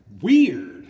weird